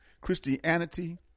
Christianity